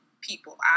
people